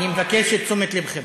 אני מבקש את תשומת לבכם.